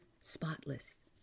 spotless